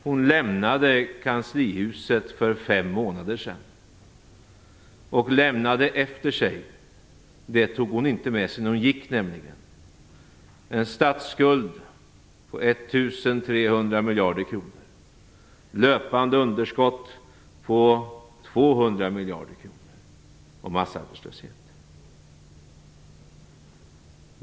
Hon lämnade kanslihuset för fem månader sen och lämnade efter sig en statsskuld på 1 300 miljarder kronor, löpande underskott på 200 miljarder kronor och massarbetslöshet - det tog hon nämligen inte med sig när hon gick.